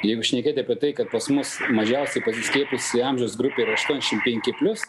jeigu šnekėti apie tai kad pas mus mažiausiai pasiskiepyjusi amžiaus grupė yra aštuoniasdešim penki plius